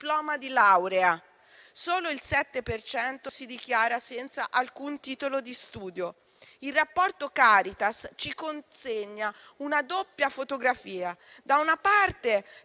di laurea e solo il 7 per cento si dichiara senza alcun titolo di studio. Il rapporto Caritas ci consegna una doppia fotografia: da una parte,